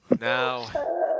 now